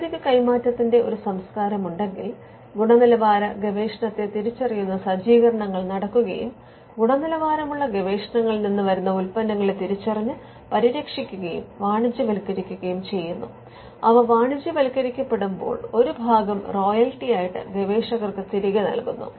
സാങ്കേതിക കൈമാറ്റത്തിന്റെ ഒരു സംസ്കാരം ഉണ്ടെങ്കിൽ ഗുണനിലവാര ഗവേഷണത്തെ തിരിച്ചറിയുന്ന സജ്ജീകരണങ്ങൾ നടക്കുകയും ഗുണനിലവാരമുള്ള ഗവേഷണങ്ങളിൽ നിന്ന് വരുന്ന ഉൽപ്പന്നങ്ങളെ തിരിച്ചറിഞ്ഞു പരിരക്ഷിക്കുകയും വാണിജ്യവത്ക്കരിക്കുകയും ചെയ്യുന്നു അവ വാണിജ്യവത്കരിക്കപ്പെടുമ്പോൾ ഒരു ഭാഗം റോയൽട്ടിയായിട്ട് ഗവേഷകർക്ക് തിരികെ നൽകുന്നു